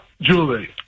Julie